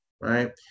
right